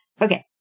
Okay